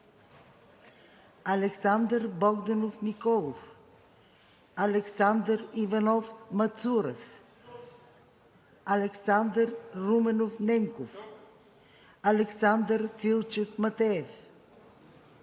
Александър Богданов Николов - тук Александър Иванов Мацурев - тук Александър Руменов Ненков - тук Александър Филчев Матеев